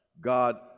God